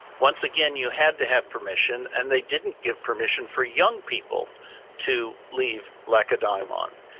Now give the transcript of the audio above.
once again, you had to have permission and they didn't give permission for young people to leave, lack a dime on,